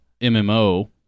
MMO